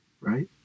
Right